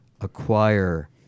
acquire